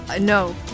No